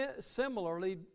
similarly